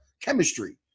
chemistry